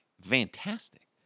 Fantastic